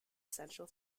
central